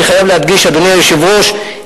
אדוני היושב-ראש,